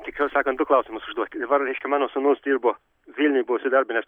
tiksliau sakant du klausimus užduoti dabar reiškia mano sūnus dirbo vilniuj bus įdarbinęs